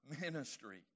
ministry